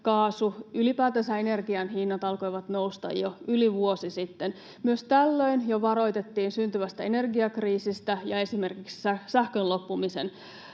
kaasun, ylipäätänsä energian hinnat alkoivat nousta jo yli vuosi sitten. Myös tällöin jo varoitettiin syntyvästä energiakriisistä ja esimerkiksi sähkön loppumisen